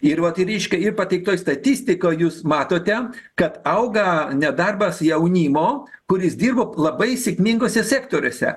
ir vat ir reiškia ir pateiktoje statistikoje jūs matote kad auga nedarbas jaunimo kuris dirba labai sėkminguose sektoriuose